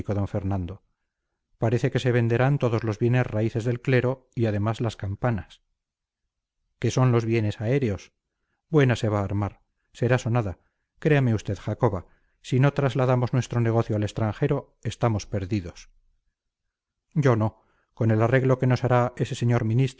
d fernando parece que se venderán todos los bienes raíces del clero y además las campanas que son los bienes aéreos buena se va a armar será sonada créame usted jacoba si no trasladamos nuestro negocio al extranjero estamos perdidos yo no con el arreglo que nos hará ese señor